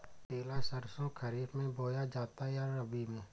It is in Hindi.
पिला सरसो खरीफ में बोया जाता है या रबी में?